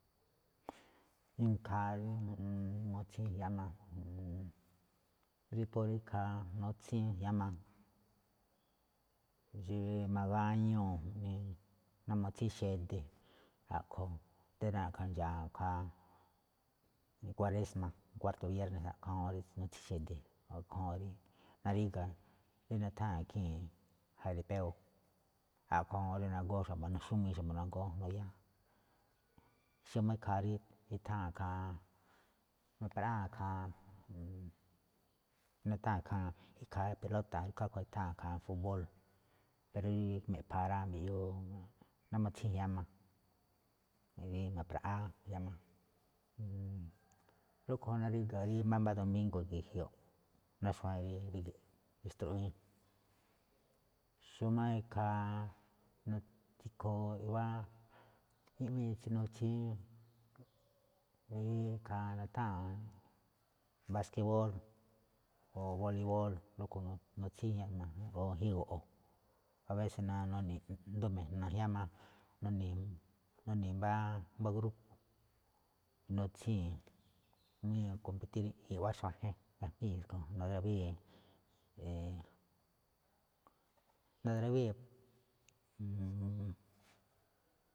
Ikhaa rí mutsín jiáma, rí phú ikhaa nutsín jiáma, xí magáñúu̱, ná mutsín xede̱, a̱ꞌkhue̱n rí na̱ꞌkha̱ ndxa̱a̱ ikhaa kuarésma̱ kuártó biérne̱, a̱ꞌkhue̱n juun rí nutsín xede̱, a̱ꞌkhue̱n juun rí naríga̱ rí nutháan ikhii̱n jaripéo̱, a̱ꞌkhue̱n juun rí nagóo̱ xa̱bo̱, naxúmii xa̱bo̱ nagóó nduyáá. xómáꞌ ikhaa rí itháa̱n ikhaa nu̱pra̱ꞌaa̱ ikhaa nutháa̱n ikhaa pelóta̱ ikhaa rúꞌkhue̱n itháa̱n ikhaa fukból, rí me̱ꞌpha̱a̱ rá mbiꞌyuu ná mutsín jiáma, rí na̱pra̱ꞌáá jiáma, rúꞌkhue̱n juun naríga rí mbámbá domíngo̱ ge̱jioꞌ, ná xuajen rí ríge̱ꞌ ná mixtruꞌwíín. Xómáꞌ ikhaa ikhoo iꞌwíin tsí nutsín, rí ikhaa nutháa̱n baskeból o boliból, rúꞌkhue̱n juun nutsín i̱jín go̱ꞌo̱, abése̱ na nuni̱i̱ ꞌnduꞌ mi̱jna̱ jiáma, nuni̱i̱, nuni̱i̱ mbá grúpo̱, nutsíi̱n jamí nuni̱i̱ kompetír iꞌwá xaujen gajmíi̱n tsúꞌkhue̱n, nurawíi̱, nurawíi̱.